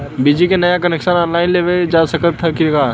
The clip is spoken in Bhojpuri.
बिजली क नया कनेक्शन ऑनलाइन लेवल जा सकत ह का?